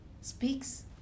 speaks